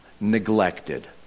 neglected